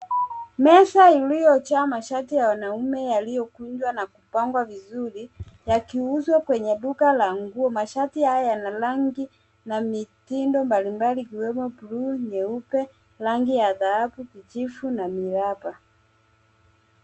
Meza iliyojaa mashati ya wanaume yaliyokunjwa na kupangwa vizuri yakiuzwa kwenye duka la nguo. Mashati haya yana rangi na mitindo tofauti ikiwemo bluu, nyeupe, rangi ya dhahabu, kijivu na miraba.